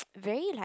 very like